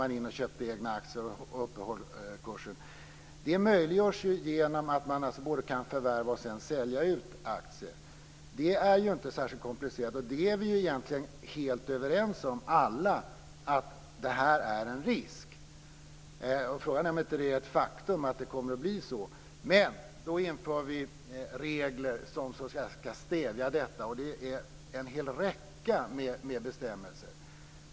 När man på Microsoft såg att kursen sviktade gick man in och köpte egna aktier och uppehöll kursen. Det är inte särskilt komplicerat, och vi är egentligen alla helt överens om att det här är en risk. Frågan är om det inte är ett faktum att det kommer att bli så. Men då inför vi regler som så att säga ska stävja detta. Det är en hel räcka med bestämmelser.